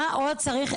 מה עוד צריך?